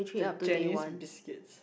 the Jenny's Biscuit